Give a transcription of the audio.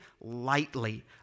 lightly